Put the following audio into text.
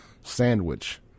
sandwich